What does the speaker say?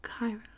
Kairos